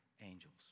angels